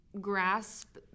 grasp